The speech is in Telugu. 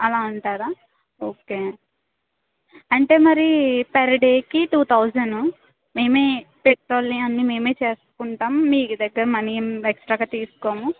అలా అంటారా ఓకే అంటే మరి పెర్ డేకి టూ థౌజండ్ మేమే పెట్రోల్ని అన్ని మేమే చేసుకుంటాము మీ దగ్గర మనీ ఏమి ఎక్స్ట్రాగా తీసుకోము